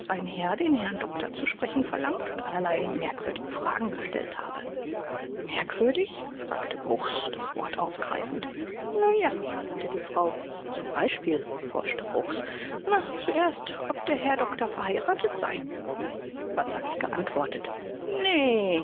ein herr den herrn doktor zu sprechen verlangt und allerlei merkwürdige fragen gestellt habe merkwürdig fragte bruchs das wort aufgreifend nu ja meinte die frau zum beispiel forschte bruchs na zuerst ob der herr doktor verheiratet sei was haben sie geantwortet nee